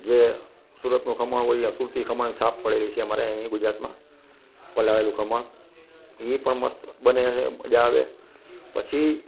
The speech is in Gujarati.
જે સુરતનું ખમણ હોય યા સુરતી ખમણ છાપ પડેલી છે અમારે અહીં ગુજરાતમાં પલાળેલું ખમણ એ પણ મસ્ત બને છે મજા આવે પછી